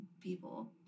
people